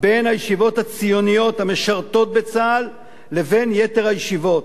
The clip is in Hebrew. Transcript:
בין הישיבות הציוניות המשרתות בצה"ל לבין יתר הישיבות.